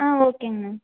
ஆ ஓகேங்கண்ணா